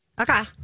Okay